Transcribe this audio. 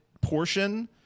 portion